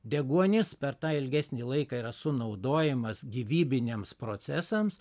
deguonis per tą ilgesnį laiką yra sunaudojamas gyvybiniams procesams